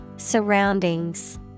Surroundings